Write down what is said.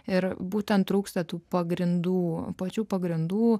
ir būtent trūksta tų pagrindų pačių pagrindų